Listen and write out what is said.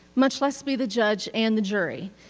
much less be the judge and the jury.